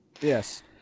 yes